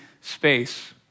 space